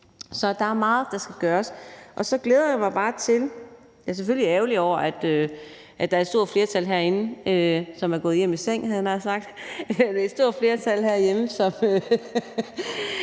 Så der er meget, der skal gøres. Det glæder jeg mig bare til. Jeg er selvfølgelig ærgerlig over, at der er et stort flertal herinde, som er gået hjem i seng, havde jeg nær sagt. Der er et stort flertal herinde, som